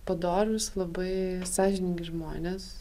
padorūs labai sąžiningi žmonės